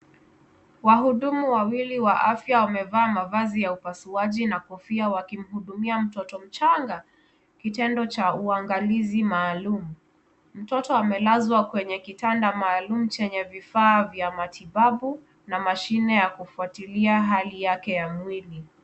Wahudhumu wawili wa afya wamevaa mavazi ya upasuaji na kofia wakimhudumia mtoto mchanga kitendo cha uangalizi maalum. Mtoto amelazwa kwenye kitanda maalum chenye vifaa vya matibabu na mashine ya kufuatilia hali yake ya mwili.